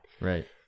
Right